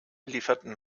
lieferten